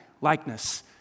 likeness